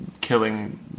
killing